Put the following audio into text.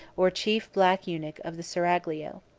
or chief black eunuch of the seraglio.